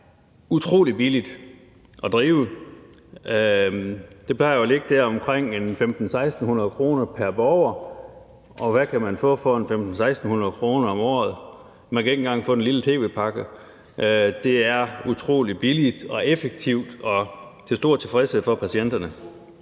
jo er utrolig billigt at drive. Det plejer jo at ligge på omkring 1.500-1.600 kr. pr. borger, og hvad kan man få for 1.500-1.600 kr. om året? Man kan ikke engang få den lille tv-pakke. Det er utrolig billigt og effektivt og til stor tilfredshed for patienterne.